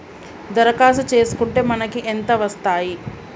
దరఖాస్తు చేస్కుంటే మనకి ఎంత వస్తాయి?